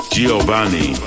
Giovanni